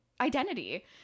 identity